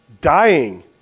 Dying